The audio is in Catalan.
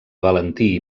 valentí